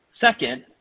Second